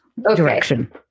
direction